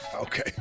Okay